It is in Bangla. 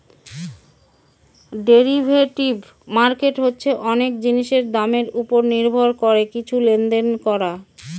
ডেরিভেটিভ মার্কেট হচ্ছে অনেক জিনিসের দামের ওপর নির্ভর করে কিছু লেনদেন করা